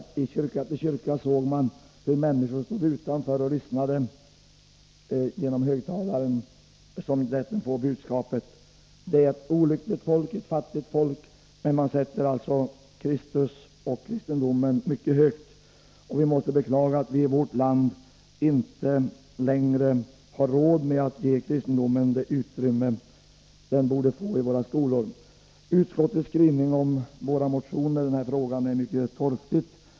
Vid kyrka efter kyrka såg man hur människor stod utanför och lyssnade genom högtalare som lät dem få budskapet. Det är ett olyckligt och fattigt folk, men man sätter alltså Kristus och kristendomen mycket högt. Vi måste beklaga att vi i vårt land inte längre har råd att ge kristendomen det utrymme den borde få i våra skolor. Utskottets skrivning om våra motioner i den här frågan är mycket torftig.